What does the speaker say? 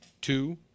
two